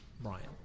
Brian